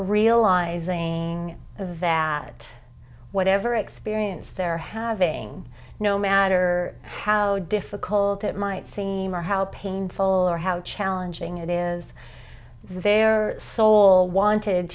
realizing that whatever experience they're having no matter how difficult it might seem or how painful or how challenging it is their soul wanted